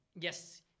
Yes